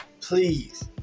please